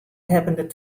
happened